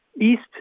east